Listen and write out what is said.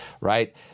right